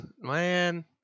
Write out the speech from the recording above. man